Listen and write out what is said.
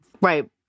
Right